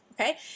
Okay